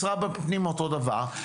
משרד הפנים אותו דבר.